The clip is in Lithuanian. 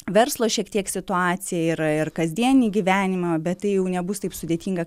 verslo šiek tiek situaciją ir ir kasdieninį gyvenimą bet tai jau nebus taip sudėtinga